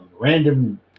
random